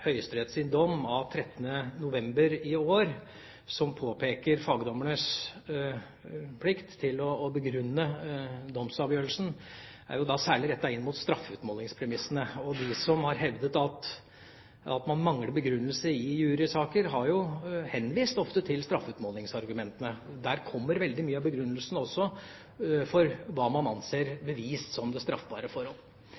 dom av 13. november i fjor, som påpeker fagdommernes plikt til å begrunne domsavgjørelsen, særlig er rettet mot straffeutmålingspremissene. De som har hevdet at man mangler begrunnelse i jurysaker, har ofte henvist til straffeutmålingsargumentene. Der kommer også veldig mye av begrunnelsen for hva man anser